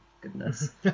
Goodness